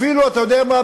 אפילו, אתה יודע מה?